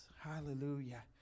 hallelujah